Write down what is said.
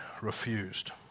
refused